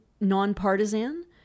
nonpartisan